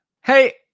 Hey